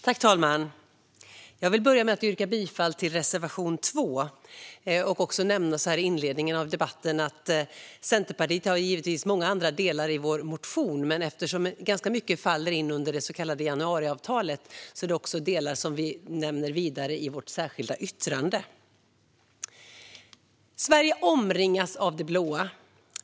Fru talman! Jag vill börja med att yrka bifall till reservation 2 och så här i inledningen av debatten nämna att vi i Centerpartiet givetvis har många andra delar i vår motion. Men eftersom ganska mycket faller in under det så kallade januariavtalet finns det delar som vi nämner vidare i vårt särskilda yttrande. Sverige omringas av det blå.